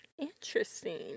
Interesting